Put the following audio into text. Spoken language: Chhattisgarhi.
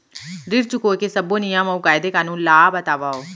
ऋण चुकाए के सब्बो नियम अऊ कायदे कानून ला बतावव